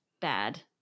bad